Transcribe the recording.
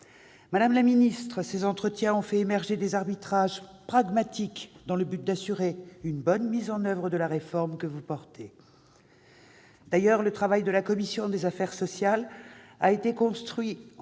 Madame la ministre, ces entretiens ont fait émerger des arbitrages pragmatiques dans le but d'assurer une bonne mise en oeuvre de la réforme que vous portez. D'ailleurs, le travail de la commission des affaires sociales a été construit en